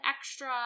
extra